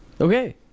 Okay